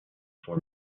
for